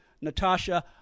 Natasha